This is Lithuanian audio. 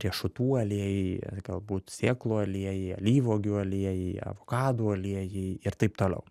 riešutų aliejai galbūt sėklų aliejai alyvuogių aliejai avokadų aliejai ir taip toliau